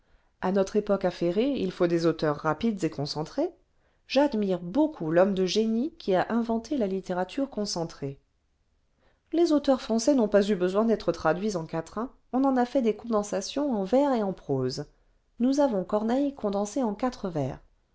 a notre époque affairée il faut des auteurs rapides et concentrés j'admire beaucoup l'homme de génie qui a inventé la littérature concentrée les auteurs français n'ont pas eu besoin d'être traduits en quatrains on en a fait des condensations en vers et en prose nous avons corneille condensé en quatre vers